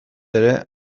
ere